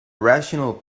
rational